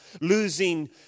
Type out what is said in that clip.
losing